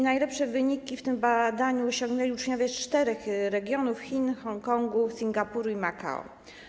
Najlepsze wyniki w tym badaniu osiągnęli uczniowie z czterech regionów: Chin, Hongkongu, Singapuru i Makao.